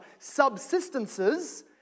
subsistences